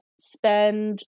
spend